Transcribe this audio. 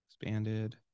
Expanded